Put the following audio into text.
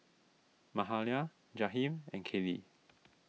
Mahalia Jaheim and Kaley